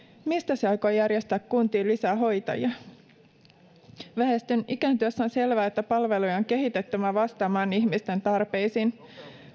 mistä se aikoo järjestää kuntiin lisää hoitajia väestön ikääntyessä on selvää että palveluja on kehitettävä vastaamaan ihmisten tarpeisiin